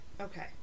okay